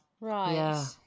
right